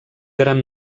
gran